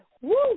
Woo